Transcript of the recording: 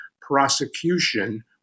Prosecution